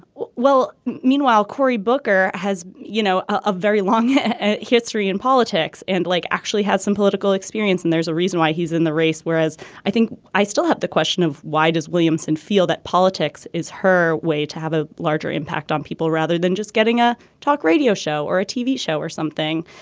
well meanwhile cory booker has you know a very long history in politics and like actually had some political experience and there's a reason why he's in the race whereas i think i still have the question of why does williamson feel that politics is her way to have a larger impact on people rather than just getting a talk radio show or a tv show or something.